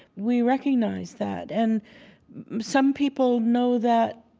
we recognize that. and some people know that